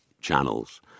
channels